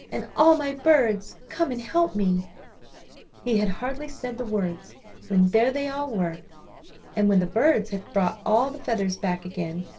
and all my birds, come and help me he had hardly said the words when there they all were and when the birds had brought all the feathers back again,